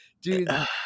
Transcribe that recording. Dude